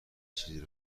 چیز